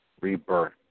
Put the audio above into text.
rebirth